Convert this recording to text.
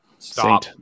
stop